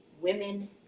women